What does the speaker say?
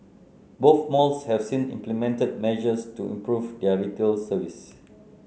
both malls have since implemented measures to improve their retail service